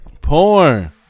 Porn